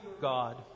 God